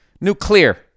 Nuclear